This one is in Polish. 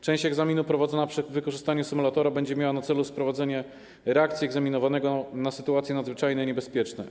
Część egzaminu prowadzona z wykorzystaniem symulatora będzie miała na celu sprawdzenie reakcji egzaminowanego na sytuacje nadzwyczajne i niebezpieczne.